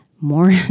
more